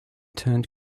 turned